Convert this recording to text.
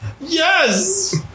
Yes